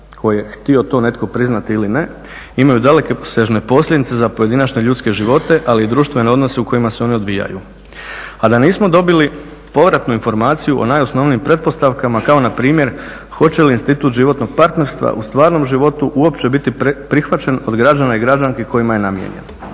koje htio to netko priznati ili ne imaju dalekosežne posljedice za pojedinačne ljudske živote ali i društvene odnose u kojima se one odvijaju a da nismo dobili povratnu informaciju o najosnovnijim pretpostavkama kao npr. hoće li institut životnog partnerstva u stvarnom životu uopće biti prihvaćen od građana i građanki kojima je namijenjen.